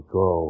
go